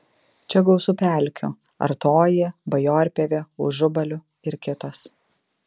čia gausu pelkių artoji bajorpievė užubalių ir kitos